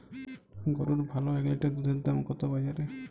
গরুর ভালো এক লিটার দুধের দাম কত বাজারে?